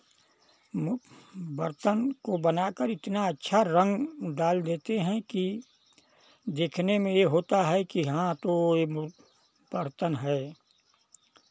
बर्तन को बना कर इतना अच्छा रंग डाल देते हैं कि देखने में ये होता है कि हाँ तो बर्तन है